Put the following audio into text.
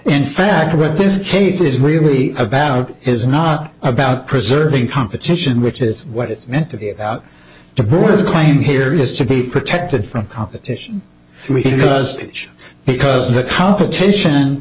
in fact with this case is really about is not about preserving competition which is what it's meant to be out to prove this claim here is to be protected from competition because because of the competition